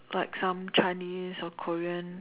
like some Chinese or Korean